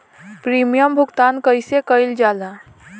Premium भुगतान कइसे कइल जाला?